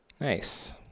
Nice